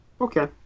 Okay